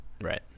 Right